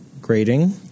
grading